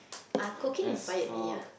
uh cooking inspire me ya